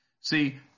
See